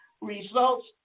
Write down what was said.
results